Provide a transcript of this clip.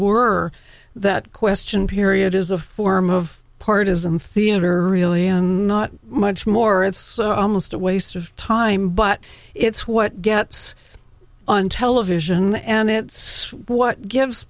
were that question period is a form of partisan theater really and not much more it's almost a waste of time but it's what gets on television and it's what gives